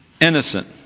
innocent